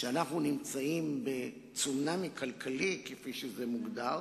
כשאנחנו נמצאים בצונאמי כלכלי, כפי שזה מוגדר,